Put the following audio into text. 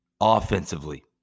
Offensively